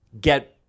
get